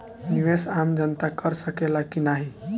निवेस आम जनता कर सकेला की नाहीं?